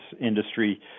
industry